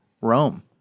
Rome